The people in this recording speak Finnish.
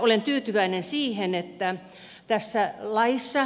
olen tyytyväinen siihen että tässä laissa